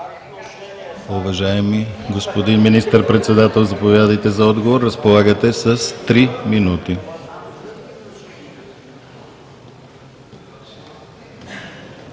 Уважаеми господин Министър-председател, заповядайте за дуплика. Разполагате с две минути.